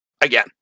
again